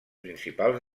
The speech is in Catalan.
principals